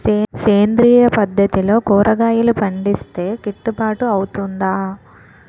సేంద్రీయ పద్దతిలో కూరగాయలు పండిస్తే కిట్టుబాటు అవుతుందా?